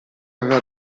aveva